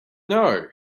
know